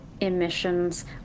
emissions